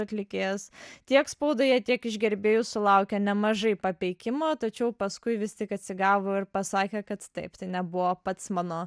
atlikėjas tiek spaudoje tiek iš gerbėjų sulaukė nemažai papeikimotačiau paskui vis tik atsigavo ir pasakė kad taip nebuvo pats mano